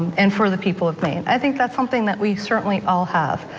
and for the people of maine, i think that's something that we certainly all have.